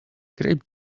grape